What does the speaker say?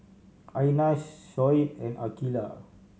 Aina Shoaib and Aqeelah